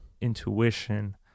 intuition